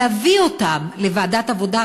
להביא אותם לוועדת העבודה,